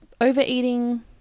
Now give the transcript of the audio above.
Overeating